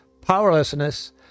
powerlessness